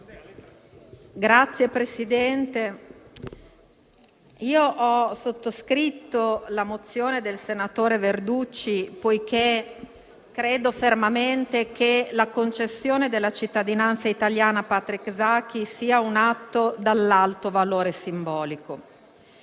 Signor Presidente, ho sottoscritto la mozione del senatore Verducci poiché credo fermamente che la concessione della cittadinanza italiana a Patrick Zaki sia un atto dall'alto valore simbolico.